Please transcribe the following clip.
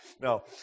No